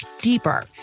deeper